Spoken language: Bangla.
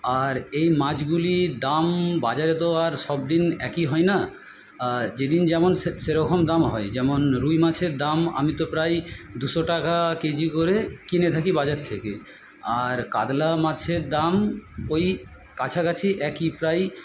আর এই মাছগুলির দাম বাজারে তো আর সব দিন একই হয় না যেদিন যেমন সেরকম দাম হয় যেমন রুই মাছের দাম আমি তো প্রায় দুশো টাকা কেজি করে কিনে থাকি বাজার থেকে আর কাতলা মাছের দাম ওই কাছাকাছি একই প্রায়